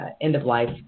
end-of-life